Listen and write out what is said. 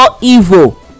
evil